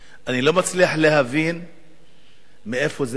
אני לא מצליח להבין מאיפה זה בא.